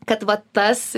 kad va tas